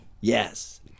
yes